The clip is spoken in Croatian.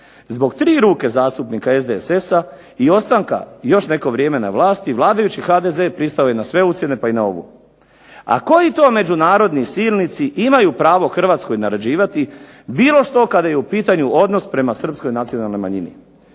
Zbog tri ruke zastupnika SDSS-a i ostanka još neko vrijeme na vlasti vladajući HDZ pristao je na sve ucjene pa i na ovu. A koji to međunarodni silnici imaju pravo Hrvatskoj naređivati bilo što kada je u pitanju odnos prema Srpskoj nacionalnoj manjini?